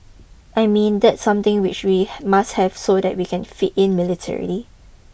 I mean that's something which we must have so that we can fit in military